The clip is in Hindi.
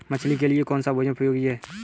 मछली के लिए कौन सा भोजन उपयोगी है?